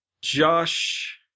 Josh